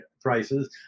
prices